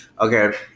Okay